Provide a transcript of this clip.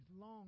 long